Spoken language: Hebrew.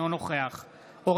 אינה נוכחת רם בן ברק,